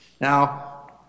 Now